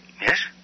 Yes